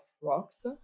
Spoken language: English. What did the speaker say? rocks